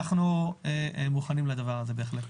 אנחנו מוכנים לזה בהחלט.